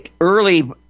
early